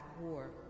war